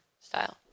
style